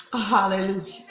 Hallelujah